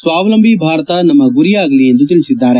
ಸ್ವಾವಲಂಬಿ ಭಾರತ ನಮ್ಮ ಗುರಿಯಾಗಲಿ ಎಂದು ತಿಳಿಸಿದ್ದಾರೆ